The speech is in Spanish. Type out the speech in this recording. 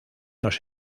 los